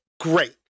great